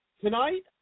tonight